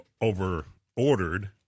over-ordered